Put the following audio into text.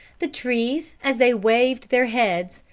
the trees, as they waved their heads,